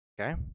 okay